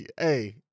Hey